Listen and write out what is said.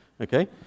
okay